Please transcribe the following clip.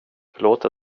förlåt